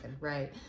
right